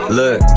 Look